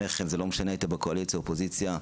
וזה לא משנה אם היית באופוזיציה או בקואליציה.